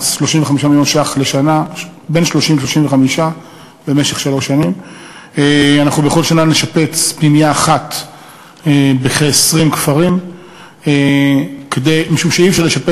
2. אנחנו מדברים על תוכנית תלת-שנתית,